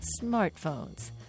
smartphones